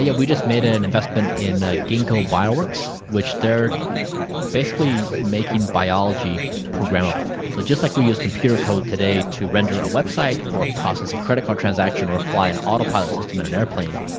yeah we just made an investment in gingko bioworks, which they are basically making biology programmable. so, just like we use computer code today to render a website or process a credit card transaction or fly an autopilot system in an airplane,